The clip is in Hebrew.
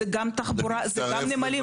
זה גם תחבורה וזה גם נמלים,